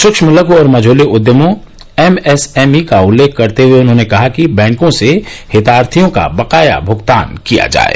सुक्ष्म लघू और मझोले उद्यमों एमएसएमई का उल्लेख करते हये उन्होंने कहा कि बैंकों से हितार्थियों का बकाया भुगतान किया जाये